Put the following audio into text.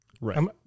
Right